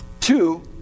Two